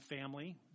family